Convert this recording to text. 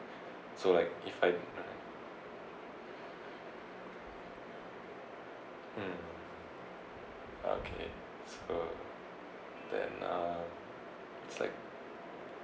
so like if I mm okay so then uh it's like